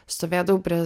stovėdavau prie